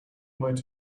might